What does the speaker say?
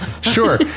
Sure